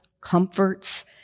comforts